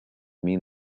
mean